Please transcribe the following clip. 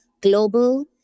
global